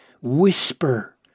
whisper